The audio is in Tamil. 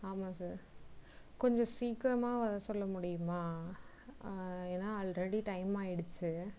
ஆமாம் சார் கொஞ்சம் சீக்கரமாக வர சொல்ல முடியுமா ஏன்னால் அல்ரெடி டைம் ஆயிடுத்து